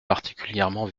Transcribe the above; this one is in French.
particulièrement